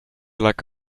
like